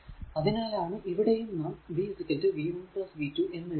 അതിനാലാണ് ഇവിടെയും നാം v v 1 v 2 എന്ന് എഴുതിയത്